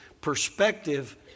perspective